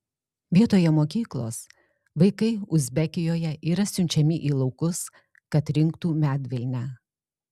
vietoje mokyklos vaikai uzbekijoje yra siunčiami į laukus kad rinktų medvilnę